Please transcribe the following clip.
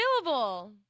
available